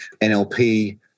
NLP